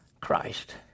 Christ